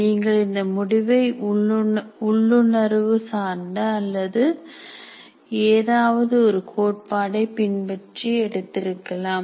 நீங்கள் இந்த முடிவை உள்ளுணர்வு சார்ந்த அல்லது ஏதாவது ஒரு கோட்பாட்டை பின்பற்றி எடுத்திருக்கலாம்